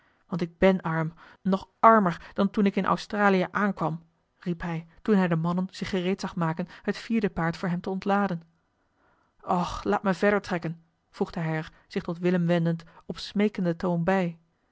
want ik ben arm nog armer dan toen ik in australië aankwam riep hij toen hij de mannen zich gereed zag maken het vierde paard voor hem te ontladen och laat me verder trekken voegde hij er zich tot willem wendend op smeekenden toon bij